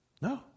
No